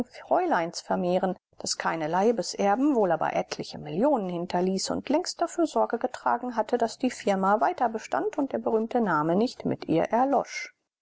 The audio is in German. fräuleins vermehren das keine leibeserben wohl aber etliche millionen hinterließ und längst dafür sorge getragen hatte daß die firma weiter bestand und der berühmte name nicht mit ihr erlosch